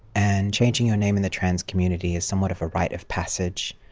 and changing your name in the trans community is somewhat of a rite of passage